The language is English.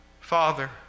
Father